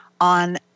on